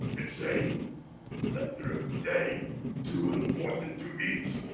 it's saying letter of day too important to eat.